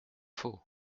faux